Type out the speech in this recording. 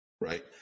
Right